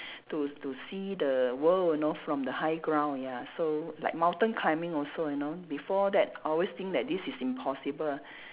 to to see the world you know from the high ground ya so like mountain climbing also you know before that always think that this is impossible